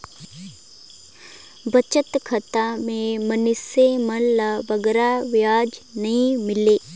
बचत खाता में मइनसे मन ल बगरा बियाज नी मिले